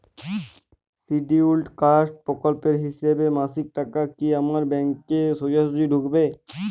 Scheduled caste প্রকল্পের হিসেবে মাসিক টাকা কি আমার ব্যাংকে সোজাসুজি ঢুকবে?